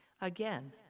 again